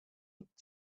looked